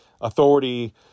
authority